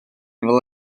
fel